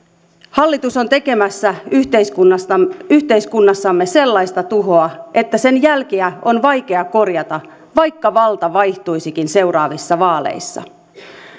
hallitus on tekemässä yhteiskunnassamme yhteiskunnassamme sellaista tuhoa että sen jälkiä on vaikea korjata vaikka valta vaihtuisikin seuraavissa vaaleissa